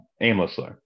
aimlessly